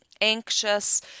anxious